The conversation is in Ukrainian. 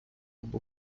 або